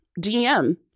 DM